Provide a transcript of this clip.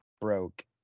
broke